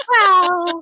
wow